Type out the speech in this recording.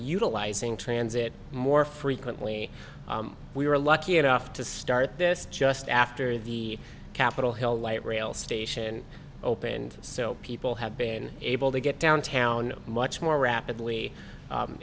utilizing transit more frequently we were lucky enough to start this just after the capitol hill light rail station opened so people have been able to get downtown much more rapidly